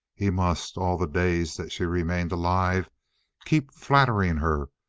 he must all the days that she remained alive keep flattering her,